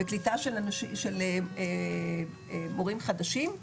וקליטה של מורים חדשים.